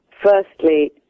Firstly